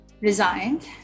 Resigned